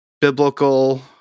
biblical